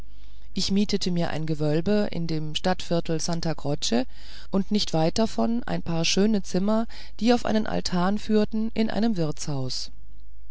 ich mietete mir ein gewölbe in dem stadtviertel st croce und nicht weit davon ein paar schöne zimmer die auf einen altan führten in einem wirtshaus